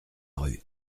rue